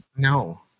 No